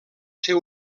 ser